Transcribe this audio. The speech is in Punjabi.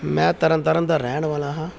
ਮੈਂ ਤਰਨ ਤਾਰਨ ਦਾ ਰਹਿਣ ਵਾਲਾ ਹਾਂ